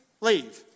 leave